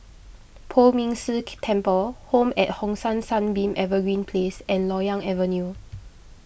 Poh Ming Temple Home at Hong San Sunbeam Evergreen Place and Loyang Avenue